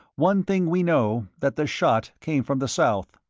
one thing we know, that the shot came from the south.